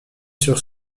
sur